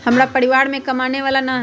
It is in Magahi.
हमरा परिवार में कमाने वाला ना है?